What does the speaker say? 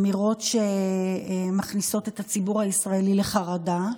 אמירות שמכניסות את הציבור הישראלי לחרדה,